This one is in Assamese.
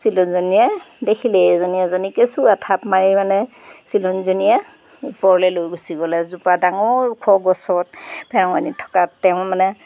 চিলনীজনীয়ে দেখিলে এইজনী এজনী কেঁচুৱা থাপ মাৰি মানে চিলনীজনীয়ে ওপৰলৈ লৈ গুচি গ'ল এজোপা ডাঙৰ ওখ গছত ফেৰেঙণি থকা তেওঁ মানে